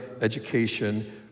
education